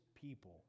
people